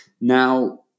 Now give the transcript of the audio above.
Now